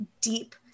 deep